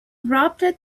wrapped